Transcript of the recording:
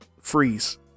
Freeze